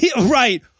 right